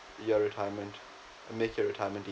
your retirement and make your retirement